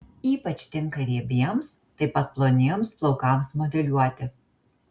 ypač tinka riebiems taip pat ploniems plaukams modeliuoti